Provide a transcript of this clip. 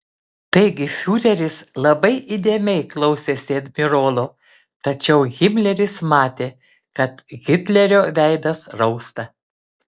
taigi fiureris labai įdėmiai klausėsi admirolo tačiau himleris matė kad hitlerio veidas rausta